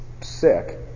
sick